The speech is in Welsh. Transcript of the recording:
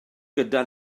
gyda